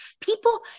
People